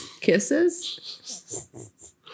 kisses